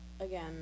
again